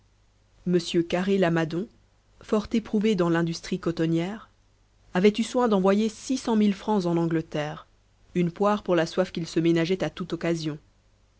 m carré lamadon fort éprouvé dans l'industrie cotonnière avait eu soin d'envoyer six cent mille francs en angleterre une poire pour la soif qu'il se ménageait à toute occasion